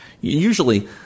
Usually